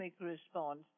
response